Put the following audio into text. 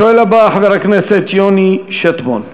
השואל הבא, חבר הכנסת יוני שטבון,